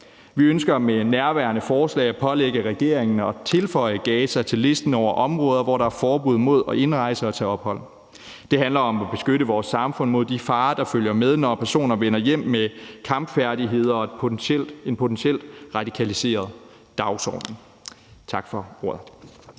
Vi ønsker med nærværende forslag at pålægge regeringen at tilføje Gaza til listen over områder, hvor der er forbud mod at indrejse og tage ophold. Det handler om at beskytte vores samfund mod de farer, der følger med, når personer vender hjem med kampfærdigheder og potentielt en radikaliseret dagsorden. Tak for ordet.